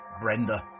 Brenda